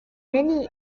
many